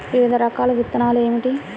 వివిధ రకాల విత్తనాలు ఏమిటి?